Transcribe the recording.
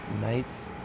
nights